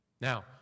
Now